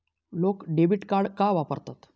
लोक debit card का वापरतात?